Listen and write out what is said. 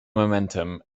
momentum